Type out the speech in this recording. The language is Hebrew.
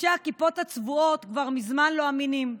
חובשי הכיפות הצבועות כבר מזמן לא אמינים.